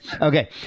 Okay